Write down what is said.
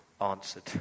answered